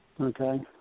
Okay